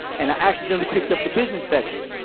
and i accidentally picked up the business section.